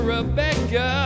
Rebecca